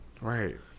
right